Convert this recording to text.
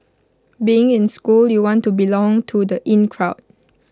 being in school you want to belong to the in crowd